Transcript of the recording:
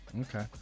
Okay